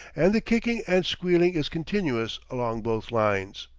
and the kicking and squealing is continuous along both lines.